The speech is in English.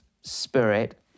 spirit